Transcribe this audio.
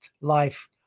life